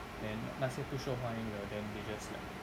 then 那些不受欢迎的 then they just like